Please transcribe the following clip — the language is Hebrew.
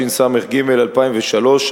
התשס"ג 2003,